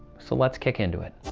so let's kick into it.